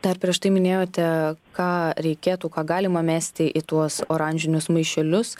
dar prieš tai minėjote ką reikėtų ką galima mesti į tuos oranžinius maišelius